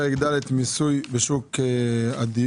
פרק ד' (מיסוי בשוק הדיור),